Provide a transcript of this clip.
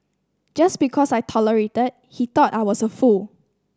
just because I tolerated he thought I was a fool